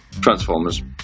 Transformers